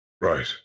Right